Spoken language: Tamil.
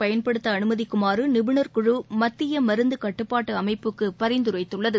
பயன்படுத்த அனுமதிக்குமாறு நிபுணா்குழு மத்திய மருந்து கட்டுப்பாட்டு அமைப்புக்கு பரிந்துரைத்துள்ளது